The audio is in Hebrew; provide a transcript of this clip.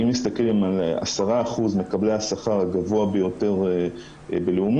שאם מסתכלים על 10% מקבלי השכר הגבוה ביותר בלאומי,